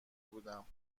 بودم